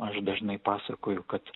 aš dažnai pasakoju kad